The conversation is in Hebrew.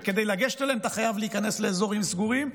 וכדי לגשת אליהם אתה חייב להיכנס לאזורים סגורים,